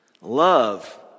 love